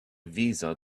visa